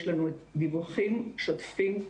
יש לנו דיווחים שוטפים,